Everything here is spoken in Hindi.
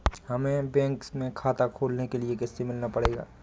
हमे बैंक में खाता खोलने के लिए किससे मिलना पड़ेगा?